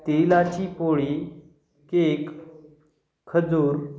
तेलाची पोळी केक खजूर